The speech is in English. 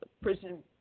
prison